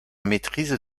maîtrise